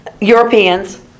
Europeans